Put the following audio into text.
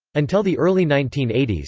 until the early nineteen eighty s,